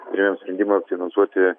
priemėm sprendimą finansuoti